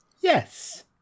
Yes